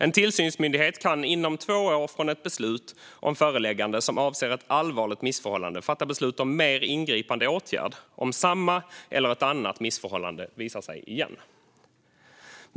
En tillsynsmyndighet kan inom två år från ett beslut om föreläggande som avser ett allvarligt missförhållande fatta beslut om mer ingripande åtgärd om samma eller ett annat missförhållande visar sig igen.